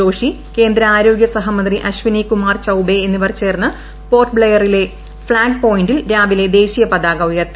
ജോഷി കേന്ദ്ര ആരോഗ്യ സഹമന്ത്രി അശ്വിനി കുമാർ ചൌബേ എന്നിവർ ചേർന്ന് പോർട്ട് ബ്ലെയറിലെ ഫ്ളാഗ് പോയിന്റിൽ രാവിലെ ദേശീയ പതാക ഉയർത്തി